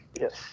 yes